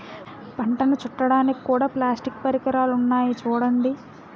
పంటను చుట్టడానికి కూడా ప్లాస్టిక్ పరికరాలున్నాయి చూడండి